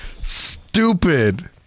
stupid